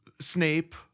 Snape